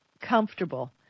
comfortable